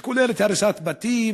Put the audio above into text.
היא כוללת הריסת בתים,